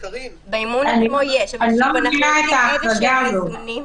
אני לא מבינה את ההחרגה הזאת.